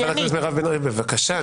בבקשה.